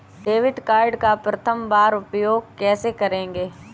Debit card का प्रथम बार उपयोग कैसे करेंगे?